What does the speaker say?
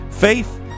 faith